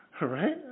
Right